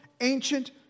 ancient